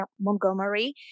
Montgomery